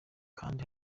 kand